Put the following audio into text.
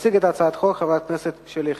תציג את הצעת החוק חברת הכנסת שלי יחימוביץ.